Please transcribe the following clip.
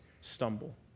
stumble